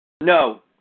No